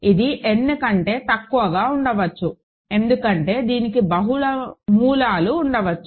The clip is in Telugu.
ఇది n కంటే తక్కువగా ఉండవచ్చు ఎందుకంటే దీనికి బహుళ మూలాలు ఉండవచ్చు